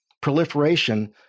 proliferation